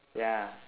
ya